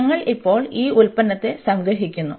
ഞങ്ങൾ ഇപ്പോൾ ഈ ഉൽപ്പന്നത്തെ സംഗ്രഹിക്കുന്നു